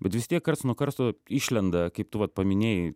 bet vis tiek karts nuo karto išlenda kaip tu vat paminėjai